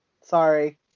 Sorry